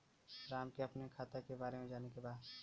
राम के अपने खाता के बारे मे जाने के बा?